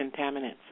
contaminants